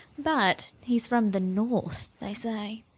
but he's from the north, they say.